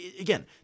again